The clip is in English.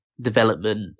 development